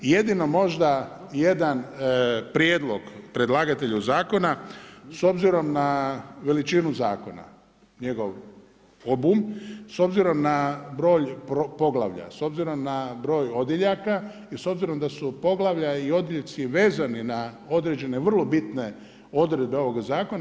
Jedino možda jedan prijedlog predlagatelju zakona s obzirom na veličinu zakona, njegov obim s obzirom na broj poglavlja, s obzirom na broj odjeljaka i s obzirom da su poglavlja i odjeljci vezani na određene vrlo bitne odredbe ovoga zakona.